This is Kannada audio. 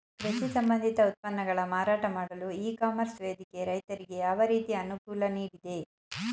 ಕೃಷಿ ಸಂಬಂಧಿತ ಉತ್ಪನ್ನಗಳ ಮಾರಾಟ ಮಾಡಲು ಇ ಕಾಮರ್ಸ್ ವೇದಿಕೆ ರೈತರಿಗೆ ಯಾವ ರೀತಿ ಅನುಕೂಲ ನೀಡಿದೆ?